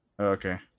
Okay